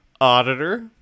Auditor